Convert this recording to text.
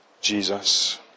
Jesus